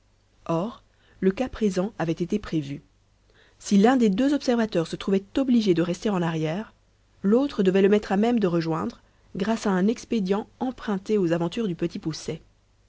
or le cas présent avait été prévu si l'un des deux observateurs se trouvait obligé de rester en arrière l'autre devait le mettre à même de rejoindre grâce à un expédient emprunté aux aventures du petit poucet